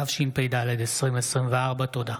התשפ"ד 2024. תודה.